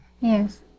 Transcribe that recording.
Yes